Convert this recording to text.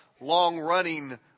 long-running